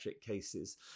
cases